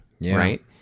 right